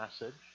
message